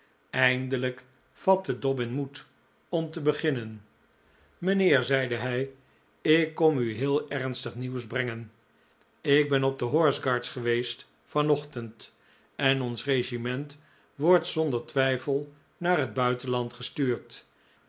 eindelijk vatte dobbin moed om te beginnen mijnheer zeide hij ik kom u heel ernstig nieuws brengen ik ben op de horse guards geweest van ochtend en ons regiment wordt zonder twijfel naar het buitenland gestuurd